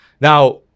Now